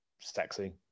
sexy